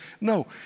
No